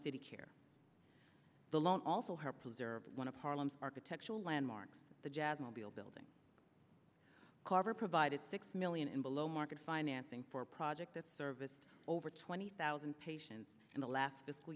city care the loan also her preserve one of harlem's architectural landmarks the jazz immobile building carver provided six million and below market financing for a project that serviced over twenty thousand patients in the last